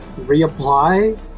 reapply